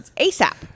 ASAP